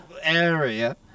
area